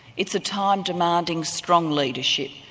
it's a time demanding strong leadership,